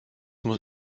muss